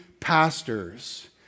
pastors